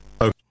okay